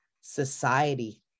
society